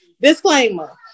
Disclaimer